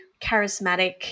charismatic